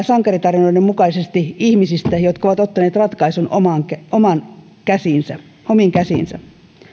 sankaritarinoiden mukaisesti ihmisistä jotka ovat ottaneet ratkaisun omiin käsiinsä omiin käsiinsä